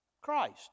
Christ